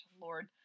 Lord